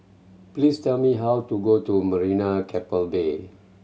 please tell me how to go to Marina Keppel Bay